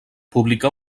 publicà